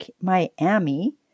Miami